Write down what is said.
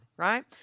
right